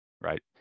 right